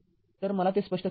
तर मला ते स्पष्ट करू द्या